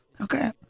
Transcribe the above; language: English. Okay